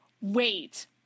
Wait